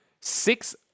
six